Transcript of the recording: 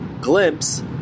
glimpse